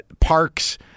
parks